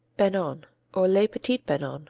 banon, or les petits banons